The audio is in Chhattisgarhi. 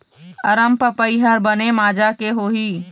अरमपपई हर बने माजा के होही?